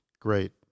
great